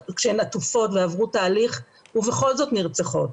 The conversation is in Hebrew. כשהן עטופות ועברו תהליך ובכל זאת נרצחות.